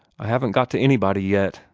i haven't got to anybody yet,